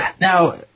Now